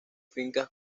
fincas